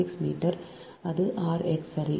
015576 metre அது r x சரி